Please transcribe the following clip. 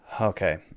Okay